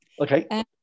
Okay